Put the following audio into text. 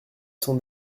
son